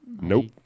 Nope